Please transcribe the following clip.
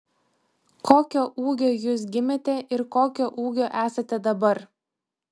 kokio ūgio jūs gimėte ir kokio ūgio esate dabar